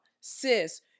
sis